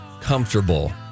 comfortable